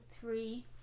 three